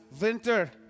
winter